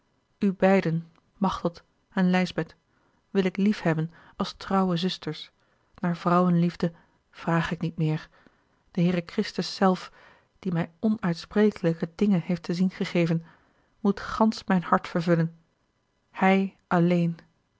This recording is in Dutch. beiden machteld en lijsbeth wil ik liefhebben als trouwe zusters naar vrouwenliefde vrage ik niet meer de heere christus zelf die mij onuitsprekelijke dingen heeft te zien gegeven moet gansch mijn hart vervullen hij alleen